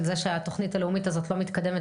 על זה שהתוכנית הלאומית הזאת לא מתקדמת